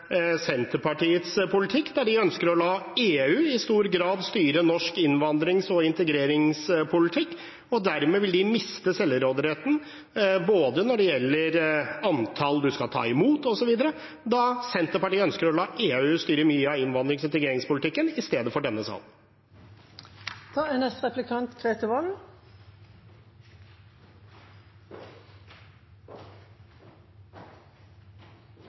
Senterpartiets politikk, der man i stor grad ønsker å la EU styre norsk innvandrings- og integreringspolitikk. Man vil miste selvråderetten når det gjelder antallet man skal ta imot, osv., når man vil la EU – i stedet for denne salen – styre mye av innvandrings- og integreringspolitikken.